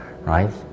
right